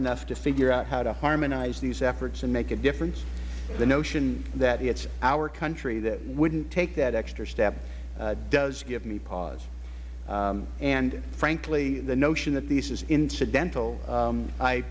enough to figure out how to harmonize these efforts and make a difference the notion that it is our country that wouldn't take that extra step does give me pause and frankly the notion that this is incidental